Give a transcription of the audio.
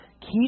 Keep